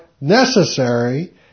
necessary